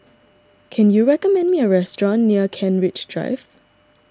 can you recommend me a restaurant near Kent Ridge Drive